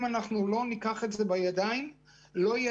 אם לא ניקח את זה בידיים אז לא יהיה